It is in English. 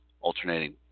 alternating